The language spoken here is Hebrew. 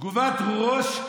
תגובת ראש,